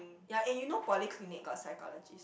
ya and you know polyclinic got psychologist